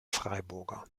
freiburger